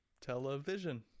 Television